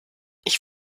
ich